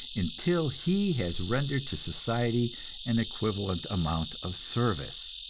until he has rendered to society an equivalent amount of service.